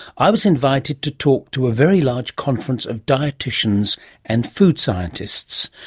i was invited to talk to a very large conference of dietitians and food scientists.